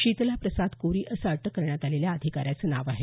शीतलाप्रसाद कोरी असं अटक करण्यात आलेल्या अधिकाऱ्याचं नाव आहे